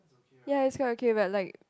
ya is quite okay but like